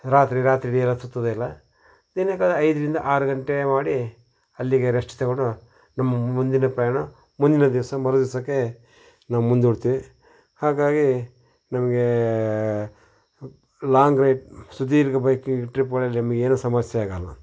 ರಾತ್ರಿ ರಾತ್ರಿಯಿಡಿ ಎಲ್ಲ ಸುತ್ತೋದೇ ಇಲ್ಲ ದಿನಕ್ಕೆ ಐದರಿಂದ ಆರು ಗಂಟೆ ಮಾಡಿ ಅಲ್ಲಿಗೆ ರೆಸ್ಟ್ ತಗೊಂಡು ನಮ್ಮ ಮುಂದಿನ ಪ್ರಯಾಣ ಮುಂದಿನ ದಿವಸ ಮರುದಿವ್ಸಕ್ಕೆ ನಾವು ಮುಂದೂಡ್ತೀವಿ ಹಾಗಾಗಿ ನಮಗೆ ಲಾಂಗ್ ರೈಡ್ ಸುದೀರ್ಘ ಬೈಕಿಂಗ್ ಟ್ರಿಪ್ಗಳಲ್ಲಿ ನಮಗ್ ಏನೂ ಸಮಸ್ಯೆ ಆಗೋಲ್ಲ